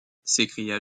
s’écria